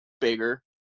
bigger